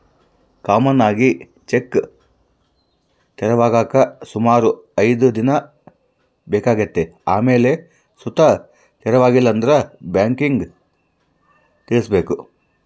common ಆಗಿ check ತೆರವಾಗಾಕ ಸುಮಾರು ಐದ್ ದಿನ ಬೇಕಾತತೆ ಆಮೇಲ್ ಸುತ ತೆರವಾಗಿಲ್ಲಂದ್ರ ಬ್ಯಾಂಕಿಗ್ ತಿಳಿಸ್ಬಕು